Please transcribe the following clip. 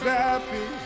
happy